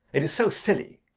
it is so silly.